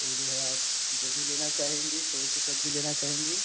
तो जो है आप गोभी लेना चाहेंगी सवूची सब्ज़ी लेना चाहेंगी